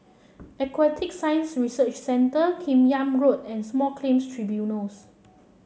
Aquatic Science Research Centre Kim Yam Road and Small Claims Tribunals